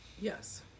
Yes